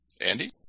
Andy